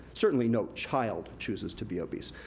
certainly, no child chooses to be obese.